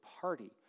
party